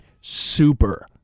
Super